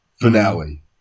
finale